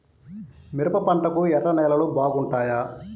మిరప పంటకు ఎర్ర నేలలు బాగుంటాయా?